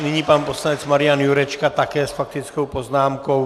Nyní pan poslanec Marian Jurečka také s faktickou poznámkou.